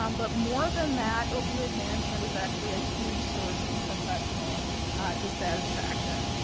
um but more than that, opioid management is actually a huge source of professional dissatisfaction.